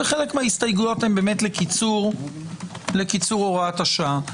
וחלק מההסתייגויות הן לקיצור הוראת השעה.